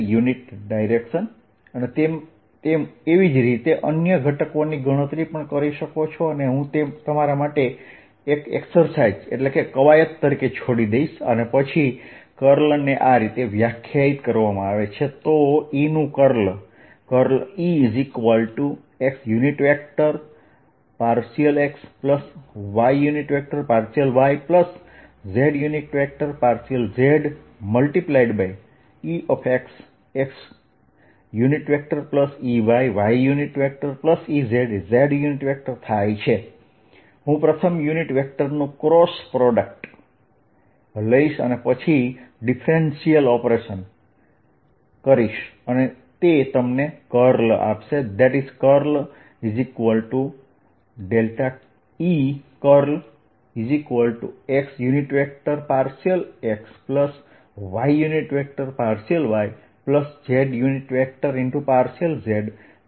z તમે એ જ રીતે અન્ય ઘટકોની ગણતરી કરી શકો છો અને હું તે તમારા માટે એક કવાયત તરીકે છોડીશ અને પછી કર્લ ને આ રીતે વ્યાખ્યાયિત કરવામાં આવે છે તો E નું કર્લ E x∂xy∂yz∂z×ExxEyyEzz છે હું પ્રથમ યુનીટ વેક્ટરનું ક્રોસ પ્રોડક્ટ લઈશ અને પછી ડિફરેન્શિયલ ઓપરેશન કરીશ અને તે તમને કર્લ આપશે